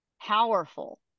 powerful